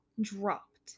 dropped